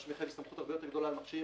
מה שמחייב סמכות הרבה יותר גדולה ממכשירים,